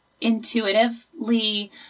intuitively